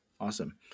Awesome